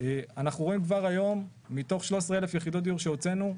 אנחנו רואים כבר היום מתוך 13,000 יחידות שהוצאנו,